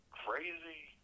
crazy